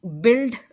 build